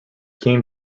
came